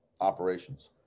operations